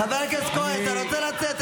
הכנסת כהן, אתה רוצה לצאת?